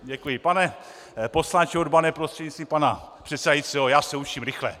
Děkuji, pane poslanče Urbane prostřednictvím pana předsedajícího, já se učím rychle.